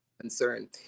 concern